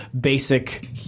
basic